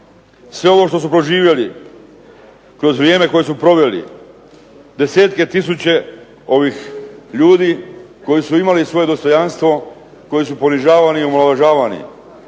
Sve ovo što su proživjeli kroz vrijeme koje su proveli, desetke tisuća ovih ljudi koji su imali svoje dostojanstvo, koji su ponižavani i omalovažavani,